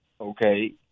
Okay